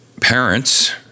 parents